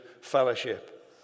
fellowship